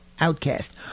outcast